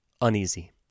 uneasy